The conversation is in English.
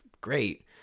great